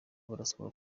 barasabwa